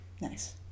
Nice